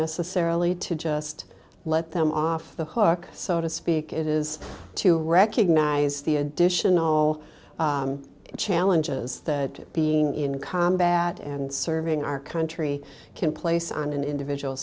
necessarily to just let them off the hook so to speak it is to recognize the additional challenges that being in combat and serving our country can place on an individual